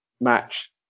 match